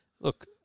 Look